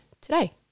today